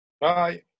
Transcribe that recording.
Bye